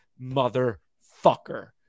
motherfucker